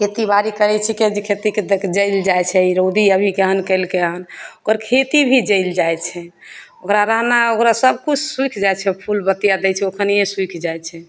खेतीबाड़ी करै छिकै जे खेतीके तऽ जलि जाइ छै ई रौदी अभी केहन केलकै हँ ओकर खेती भी जलि जाइ छै ओकरा रहनाइ ओकरा सबकिछु सुखि जाइ छै फूल बतिआ दै छै ओखनिए सुखि जाइ छै